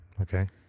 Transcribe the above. Okay